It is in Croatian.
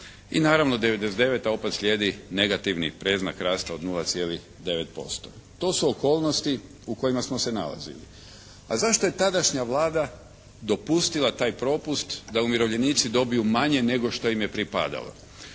I naravno 99. opet slijedi negativni predznak rasta od 0,9%. To su okolnosti u kojima smo se nalazili. A zašto je tadašnja Vlada dopustila taj propust da umirovljenici dobiju manje nego što im je pripadalo?